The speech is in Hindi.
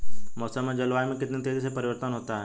मौसम और जलवायु में कितनी तेजी से परिवर्तन होता है?